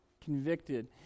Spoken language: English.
convicted